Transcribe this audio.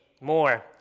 more